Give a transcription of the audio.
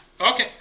Okay